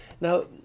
Now